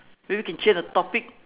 maybe you can change the topic